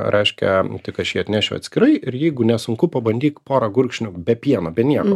reiškia tik aš jį atnešiu atskirai ir jeigu nesunku pabandyk porą gurkšnių be pieno be nieko